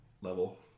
level